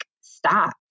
stop